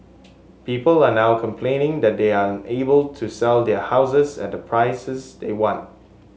people are now complaining that they are unable to sell their houses at the prices they want